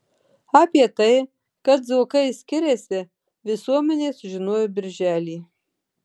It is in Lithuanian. apie tai kad zuokai skiriasi visuomenė sužinojo birželį